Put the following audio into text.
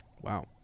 Wow